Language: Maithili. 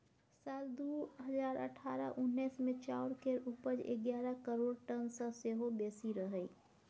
साल दु हजार अठारह उन्नैस मे चाउर केर उपज एगारह करोड़ टन सँ सेहो बेसी रहइ